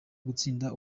gutsinda